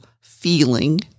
feeling